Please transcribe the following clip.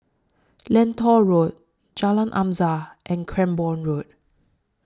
Lentor Road Jalan Azam and Cranborne Road